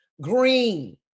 green